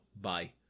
Bye